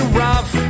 rough